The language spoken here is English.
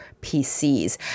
PCs